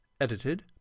Edited